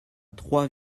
trois